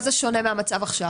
מה זה שונה מהמצב עכשיו?